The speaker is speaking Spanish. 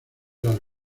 las